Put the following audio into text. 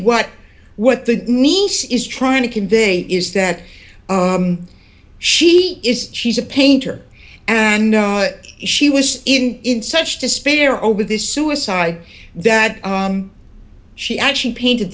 what what the niece is trying to convey is that she is she's a painter and she was in such despair over this suicide that she actually painted